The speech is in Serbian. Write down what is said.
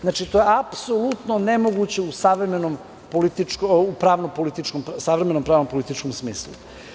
Znači, to je apsolutno nemoguće u savremenom pravno političkom smislu.